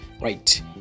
right